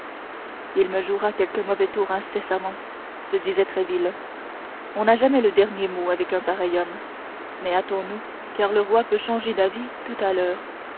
il me jouera quelque mauvais tour incessamment se disait tréville on n'a jamais le dernier mot avec un pareil homme mais hâtons-nous car le roi peut changer d'avis tout à l'heure